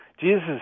Jesus